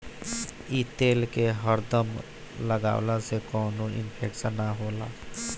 इ तेल के हरदम लगवला से कवनो इन्फेक्शन ना होला